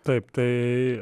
taip tai